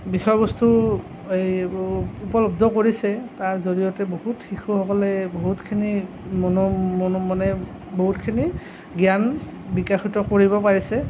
বিষয়বস্তু এই উপলব্ধ কৰিছে তাৰ জৰিয়তে বহুত শিশুসকলে বহুতখিনি মানে বহুতখিনি জ্ঞান বিকশিত কৰিব পাৰিছে